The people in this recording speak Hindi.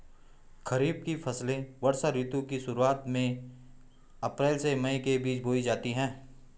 खरीफ की फसलें वर्षा ऋतु की शुरुआत में, अप्रैल से मई के बीच बोई जाती हैं